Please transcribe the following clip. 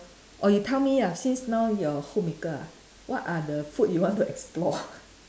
or you tell me ah since now you are a homemaker ah what are the food you want to explore